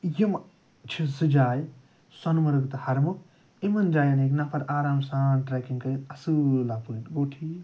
یِم چھِ زٕ جایہِ سۄنہٕ مرگ تہٕ ہرمۄکھ یِمَن جایَن ہیٚکہِ نفر آرام سان ٹریٚکِنٛگ کٔرِتھ اصٕل پٲٹھۍ گوٚو ٹھیٖک